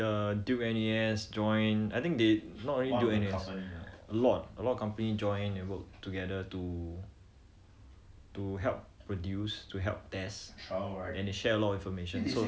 have have like the duke N_U_S join I think they not only duke N_U_S a lot a lot company join and work together to